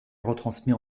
retransmis